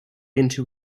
into